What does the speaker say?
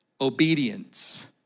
obedience